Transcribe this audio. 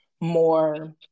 more